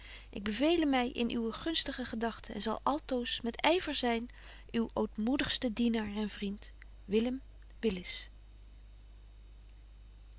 ik bevele my in uwe gunstige gedagten en zal altoos met yver zyn uw ootmoedigste dienaar en